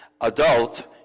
adult